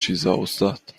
چیزا، استاد